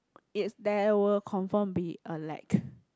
is there will confirm be a lack